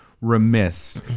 remiss